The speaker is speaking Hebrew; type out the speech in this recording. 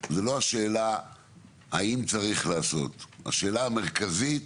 זה לא השאלה האם צריך לעשות, השאלה המרכזית